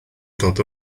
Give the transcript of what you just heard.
dod